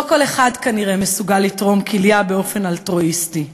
לא כל אחד כנראה מסוגל לתרום כליה באופן אלטרואיסטי,